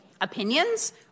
opinions